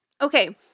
Okay